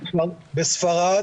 בספרד